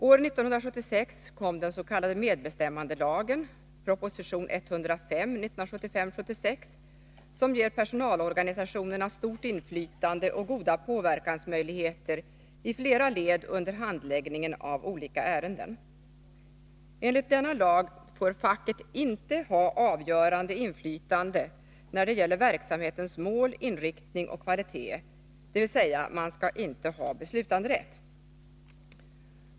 År 1976 kom den s.k. medbestämmandelagen, proposition 1975/76:105, som ger personalorganisationerna stort inflytande och goda påverkansmöjligheter i flera led under handläggningen av olika ärenden. Enligt denna lag får facket inte ha avgörande inflytande när det gäller verksamhetens mål, inriktning och kvalitet, dvs. man skall inte ha beslutanderätt.